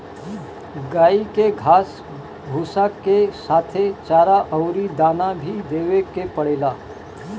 गाई के घास भूसा के साथे चारा अउरी दाना भी देवे के पड़ेला